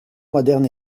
moderne